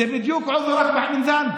זה בדיוק (אומר בערבית: